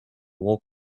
wool